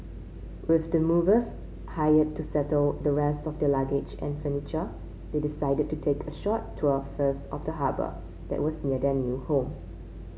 with the movers hired to settle the rest of their luggage and furniture they decided to take a short tour first of the harbour that was near their new home